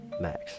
Max